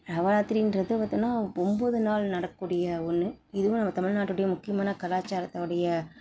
நவராத்திரின்றது பாத்தோம்னா ஒம்போது நாள் நடக்கக்கூடிய ஒன்று இதுவும் நம்ம தமிழ்நாட்டுனுடைய முக்கியமான கலாச்சாரத்தோடைய